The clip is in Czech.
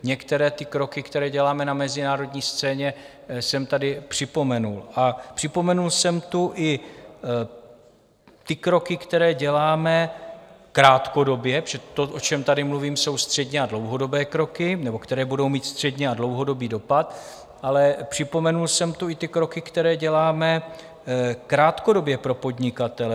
Některé kroky, které děláme na mezinárodní scéně, jsem tady připomenul a připomenul jsem tu i ty kroky, které děláme krátkodobě, protože to, o čem tady mluvím, jsou středně a dlouhodobé kroky, nebo které budou mít střední a dlouhodobý dopad, ale připomenul jsem tu i ty kroky, které děláme krátkodobě pro podnikatele.